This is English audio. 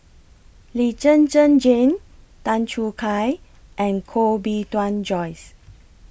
Lee Zhen Zhen Jane Tan Choo Kai and Koh Bee Tuan Joyce